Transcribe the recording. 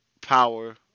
power